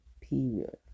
period